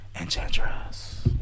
Enchantress